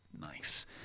Nice